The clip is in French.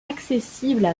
accessibles